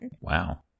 Wow